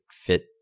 fit